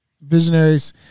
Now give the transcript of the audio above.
visionaries